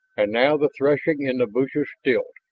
and now the threshing in the bushes stilled.